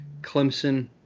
Clemson